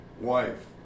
wife